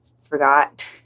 forgot